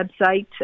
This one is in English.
website